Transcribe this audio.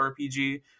RPG